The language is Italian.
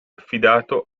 affidato